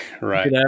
Right